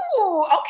okay